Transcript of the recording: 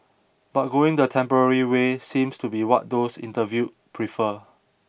but going the temporary way seems to be what those interviewed prefer